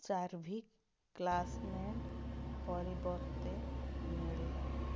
Charvik classmate ପରିବର୍ତ୍ତେ ମିଳିଲା